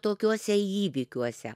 tokiuose įvykiuose